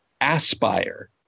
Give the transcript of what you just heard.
aspire